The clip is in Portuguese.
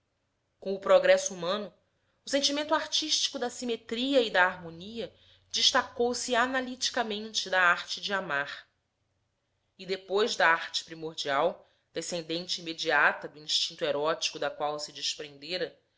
com o progresso humano o sentimento artístico da simetria e da harmonia destacou-se analiticamente da arte de amar e depois da arte primordial descendente imediata do instinto erótico da qual se desprendera